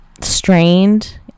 strained